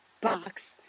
box